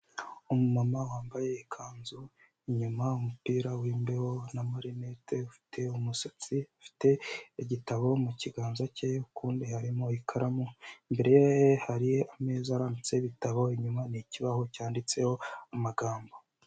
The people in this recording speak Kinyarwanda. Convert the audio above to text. Umumama wambaye ikanzu, inyuma umupira w'imbeho n'amarinete, ufite umusatsi, ufite igitabo mu kiganza cye, ukundi harimo ikaramu, imbere ye hari ameza arambitseho ibitabo, inyuma ni ikibaho cyanditseho amagambo.